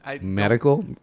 Medical